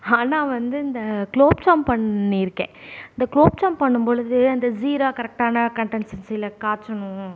ஆனால் வந்து இந்த குலோப்ஜாம் பண்ணி இருக்கேன் இந்த குலோப்ஜாம் பண்ணும் பொழுது அந்த ஜீரா கரெக்டான கண்டன்சன்சில காய்ச்சணும்